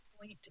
point